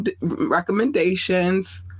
recommendations